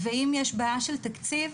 ואם יש בעיה של תקציב,